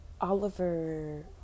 Oliver